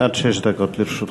אדוני, עד שש דקות לרשותך.